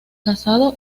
casado